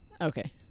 Okay